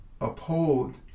uphold